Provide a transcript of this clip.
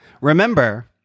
Remember